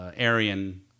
Aryan